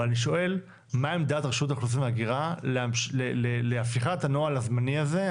אבל אני שואל מה עמדת רשות האוכלוסין וההגירה להפיכת הנוהל הזמני הזה,